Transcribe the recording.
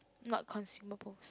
not consumables